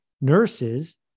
nurses